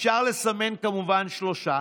אפשר לסמן, כמובן, שלושה,